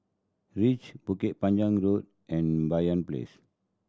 Reach Bukit Panjang Road and Banyan Place